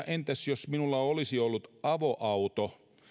entäs jos minulla olisi ollut avoauto